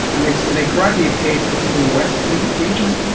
and they and they gradually appeared in more westerly regions.